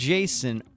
Jason